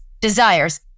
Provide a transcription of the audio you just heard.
desires